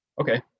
Okay